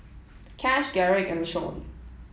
Cash Garrick and Lashawn